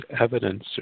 evidence